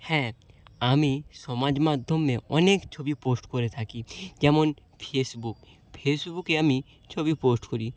হ্যাঁ আমি সমাজ মাধ্যমে অনেক ছবি পোস্ট করে থাকি যেমন ফেসবুক ফেসবুকে আমি ছবি পোস্ট করি